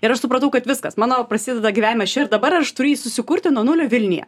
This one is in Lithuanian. ir aš supratau kad viskas mano prasideda gyvenimas čia ir dabar ir aš turiu jį susikurti nuo nulio vilniuje